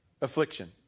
affliction